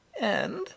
And